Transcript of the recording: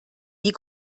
wie